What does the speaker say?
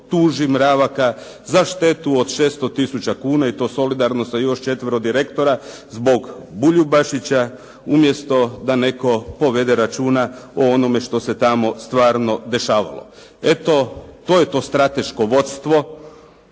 tuži Mravaka za štetu od 600 tisuća kuna i to solidarno sa još četvero direktora zbog Buljubašića, umjesto da netko povede računa o onome što se tamo stvarno dešavalo. Eto, to je to strateško vodstvo,